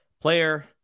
player